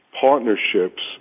partnerships